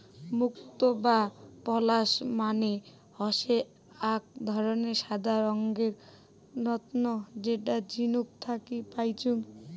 মুক্তো বা পার্লস মানে হসে আক ধরণের সাদা রঙের রত্ন যেটা ঝিনুক থাকি পাইচুঙ